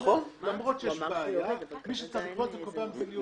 אומר שכשיש בעיה מי שצריך לקבוע זה קובעי המדיניות.